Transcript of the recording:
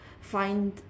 find